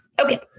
Okay